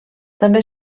també